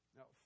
Now